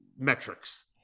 metrics